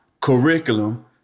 curriculum